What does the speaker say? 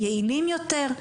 יעילים יותר?